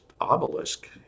obelisk